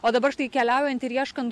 o dabar štai keliaujant ir ieškan